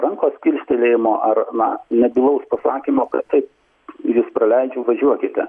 rankos kilstelėjimo ar na nebylaus pasakymo kad taip jus praleidžiu važiuokite